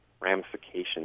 ramifications